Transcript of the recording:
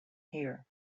here